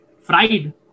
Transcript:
fried